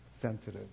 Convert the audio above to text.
sensitive